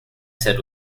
said